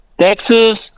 Texas